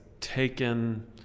taken